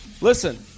Listen